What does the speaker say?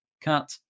cut